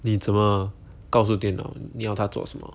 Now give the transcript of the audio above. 你怎么告诉电脑你要它做什么